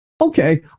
okay